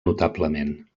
notablement